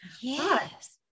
Yes